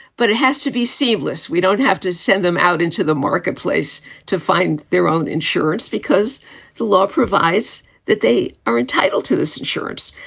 but it has to be seamless. we don't have to send them out into the marketplace to find their own insurance because the law provides that they are entitled to this insurance.